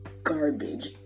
garbage